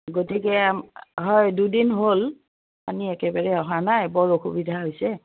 গতিকে হয় দুদিন হ'ল পানী একেবাৰে অহা নাই বৰ অসুবিধা হৈছে